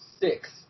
six